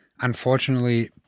unfortunately